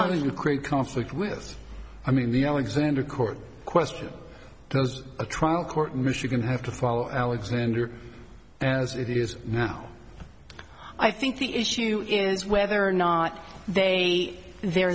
and create conflict with i mean the alexander court question does a trial court in michigan have to follow alexander as it is now i think the issue is whether or not they there